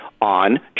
on